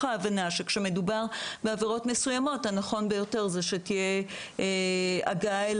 ההבנה שכשמדובר בעבירות מסוימות הנכון ביותר זה שתהיה הגעה אל